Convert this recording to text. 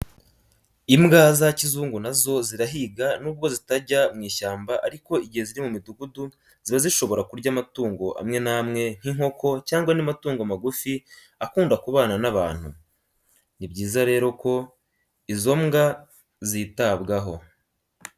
Imbwa za kizungu na zo zirahiga nubwo zitajya mu ishyamba ariko igihe ziri mu midugudu ziba zishobora kurya amatungo amwe n'amwe nk'inkoko cyangwa andi matungo magufo akunda kubana n'abantu. Ni byiza rero ko izo mbwa zitabwaho.